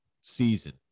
season